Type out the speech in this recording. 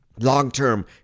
long-term